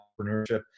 entrepreneurship